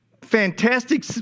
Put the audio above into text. fantastic